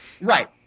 Right